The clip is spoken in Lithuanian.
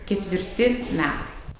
ketvirti metai